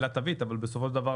אבל בסופו של דבר,